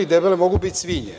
Debele mogu biti svinje.